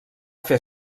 fer